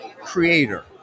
creator